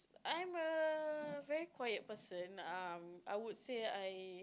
I'm a very quiet person um I would say I